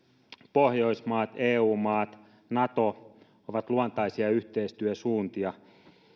pohjoismaat eu maat ja nato ovat luontaisia yhteistyösuuntia